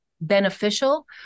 beneficial